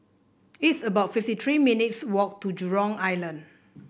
it's about fifty three minutes' walk to Jurong Island